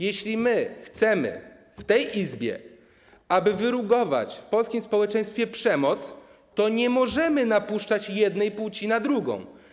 Jeśli chcemy w tej Izbie, aby wyrugować w polskim społeczeństwie przemoc, to nie możemy napuszczać jednej płci na drugą.